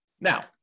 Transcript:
Now